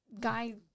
guy